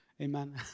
amen